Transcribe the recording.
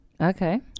Okay